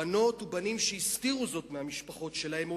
בנות ובנים שהסתירו זאת מהמשפחות שלהם או